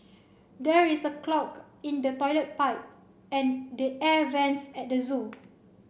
there is a clog in the toilet pipe and the air vents at the zoo